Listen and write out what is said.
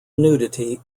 nudity